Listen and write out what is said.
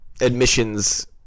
admissions